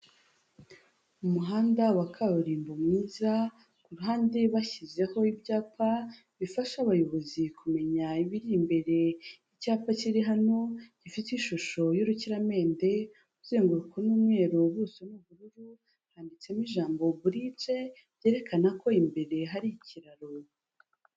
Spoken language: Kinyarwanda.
Umuhanda wa kaburimbo mwiza kuru ruhande bashyizeho ibyapa bifasha abayobozi kumenya ibiri imbere icyapa kiri hano gifite ishusho y'urukiramende kuzenguruko n'umweru, ubuso nu ubururu handitsemo ijambo burije byerekana ko imbere hari ikiraro.